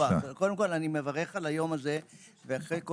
קודם כל אני רוצה לברך על היום הזה ואני לא